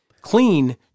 clean